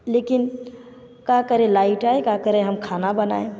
लेकिन क्या करें लाइट आए का करें हम खाना बनाएँ